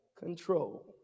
control